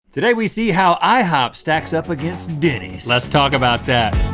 today we see how ihop stacks up against denny's. let's talk about that.